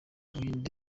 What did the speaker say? umuhinde